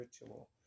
ritual